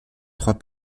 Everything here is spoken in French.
trois